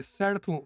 certo